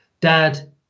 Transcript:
dad